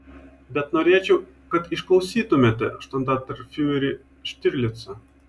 bet norėčiau kad išklausytumėte štandartenfiurerį štirlicą